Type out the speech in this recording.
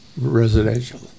residential